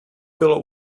bylo